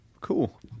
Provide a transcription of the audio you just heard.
cool